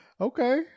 Okay